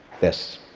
this.